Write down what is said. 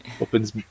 Opens